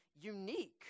unique